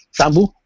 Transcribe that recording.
Sambu